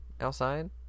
outside